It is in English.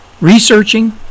researching